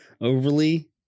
overly